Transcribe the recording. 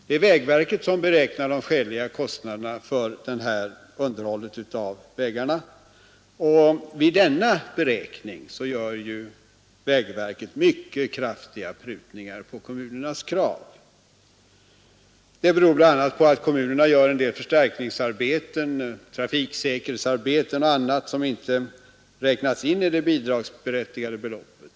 Det är vägverket som beräknar de skäliga kostnaderna för underhållet av vägarna, och vid denna beräkning gör vägverket mycket kraftiga prutningar på kommunernas krav, Det beror på att kommunerna gör en del förstärkningsarbeten, trafiksäkerhetsarbeten och annat som inte räknas in i det bidragsberättigade beloppet.